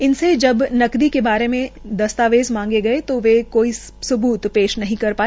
इनसे नकदी के बारे मे दस्तावेज मांगे गये वे कोई सबूत पेश नहीं कर सके